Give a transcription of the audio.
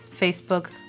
Facebook